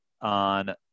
on